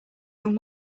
from